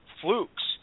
flukes